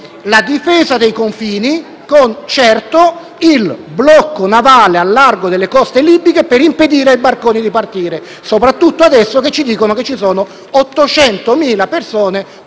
la difesa dei confini, con - certo - il blocco navale al largo delle coste libiche per impedire ai barconi di partire, soprattutto adesso che ci dicono che ci sono 800.000 persone